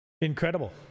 Incredible